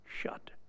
shut